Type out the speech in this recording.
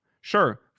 Sure